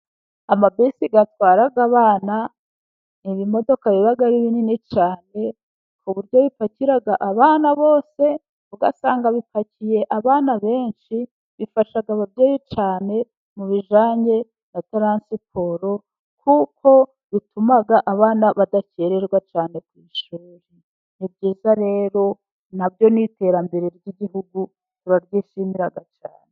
Amabisi atwara abana, ibimodoka biba ari binini cyane ku buryo bipakira abana bose ugasanga bipakiye abana benshi. Bifasha ababyeyi cyane mu bijyanye na taransiporo, kuko bituma abana badakererwa cyane. Ni byiza rero na byo ni iterambere ry'Igihugu cyane.